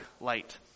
light